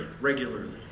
regularly